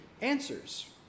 answers